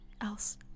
else